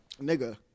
Nigga